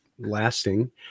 lasting